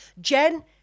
Jen